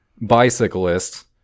bicyclists